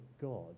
God